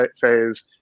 phase